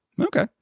Okay